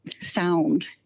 sound